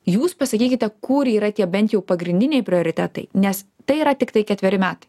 jūs pasakykite kur yra tie bent jų pagrindiniai prioritetai nes tai yra tiktai ketveri metai